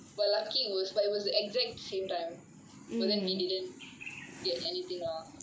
but lucky I was but it was the exact same time but then we didn't get anything lah